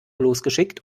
losgeschickt